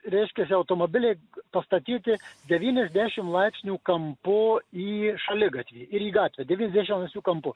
reiškiasi automobiliai pastatyti devyniasdešim laipsnių kampu į šaligatvį ir į gatvę devyniasdešim kampu